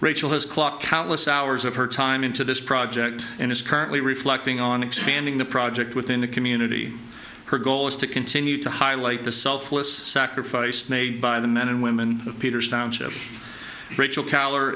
rachel has clocked countless hours of her time into this project and is currently reflecting on expanding the project within a community her goal is to continue to highlight the selfless sacrifice made by the men and women of peter's township rachel